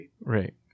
Right